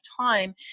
time